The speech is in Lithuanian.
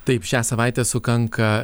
taip šią savaitę sukanka